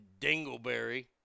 Dingleberry